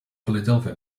philadelphia